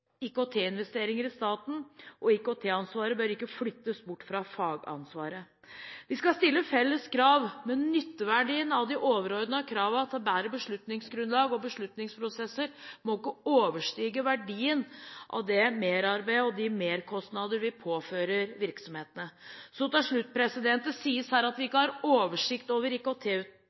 IKT-investeringene i staten, og IKT-ansvaret bør ikke flyttes bort fra fagansvaret. Vi skal stille felles krav, men nytteverdien av de overordnede kravene til bedre beslutningsgrunnlag og beslutningsprosesser må ikke overstige verdien av det merarbeidet og de merkostnadene vi påfører virksomhetene. Så til slutt: Det sies her at vi ikke har oversikt over